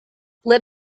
let